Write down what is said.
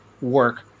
work